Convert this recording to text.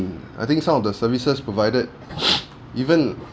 I think some of the services provided even